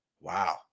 Wow